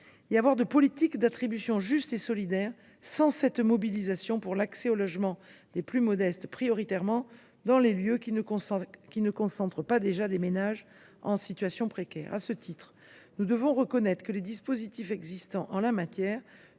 y avoir de politique d’attribution juste et solidaire sans mobilisation pour l’accès au logement des plus modestes prioritairement dans des lieux qui ne concentrent pas déjà des ménages en situation précaire. À cet égard, nous devons le reconnaître, les dispositifs existants en la matière,